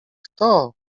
kto